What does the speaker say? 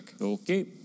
Okay